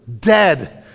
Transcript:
Dead